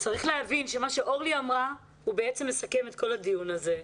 צריך להבין שמה שאורלי אמרה בעצם מסכם את כל הדיון הזה.